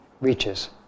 reaches